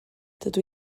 dydw